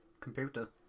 computer